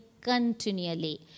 continually